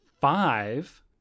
five